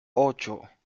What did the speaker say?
ocho